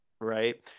right